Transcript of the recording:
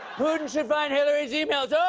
putin should find hillary's yeah e-mails. ah